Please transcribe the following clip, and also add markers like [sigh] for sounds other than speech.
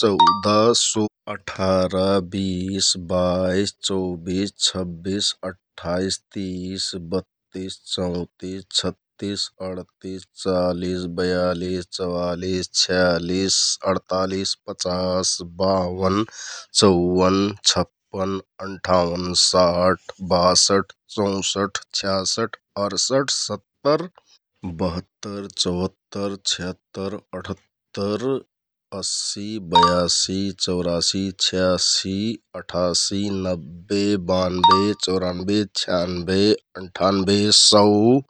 चौदा [noise] सोला, अठारा, बिस, बाइस, चौबिस, छब्बिस, अट्ठाइस, तिस, बत्तिस, चौतिस, छत्तिस, अडतिस, चालिस, बयालिस, चवालिस, छेयालिस, अडतालिस, पचास, बावन, चौवन, छप्पन, अन्ठावन, साठ [noise] बारसठ, चौंसठ, छ्यार्सठ, अरसठ, सत्तर, बहत्तर, चौहत्तर, छेहत्तर, अठ्त्तर, असि, बयासि [noise] चौरासि, छेयासि, अठासि, नब्बे, बानबे [noise] चौरानबे, छेयानबे, अन्धानबे, सौ ।